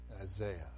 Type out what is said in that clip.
Isaiah